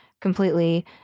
completely